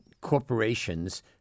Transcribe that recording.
corporations